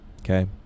Okay